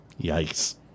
Yikes